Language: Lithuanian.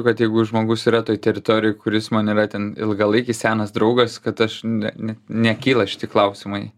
kad jeigu žmogus yra toj teritorijoj kuris man yra ten ilgalaikis senas draugas kad aš ne ne nekyla šitie klausimai